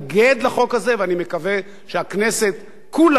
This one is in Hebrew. אני מקווה שהכנסת כולה תתייצב נגדו.